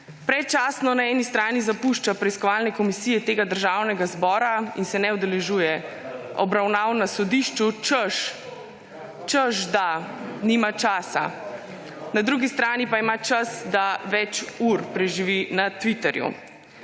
Predčasno na eni strani zapušča preiskovalne komisije tega Državnega zbora in se ne udeležuje / oglašanje iz dvorane/ obravnav na sodišču, češ da nima časa. Na drugi strani pa ima čas, da več ur preživi na Twitterju.